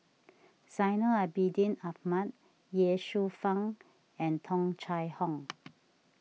Zainal Abidin Ahmad Ye Shufang and Tung Chye Hong